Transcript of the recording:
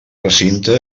recinte